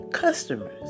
Customers